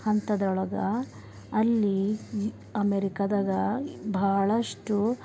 ಅಂತದ್ರೊಳಗ ಅಲ್ಲಿ ಅಮೇರಿಕಾದಾಗ ಭಾಳಷ್ಟು